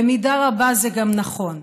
במידה רבה זה גם נכון.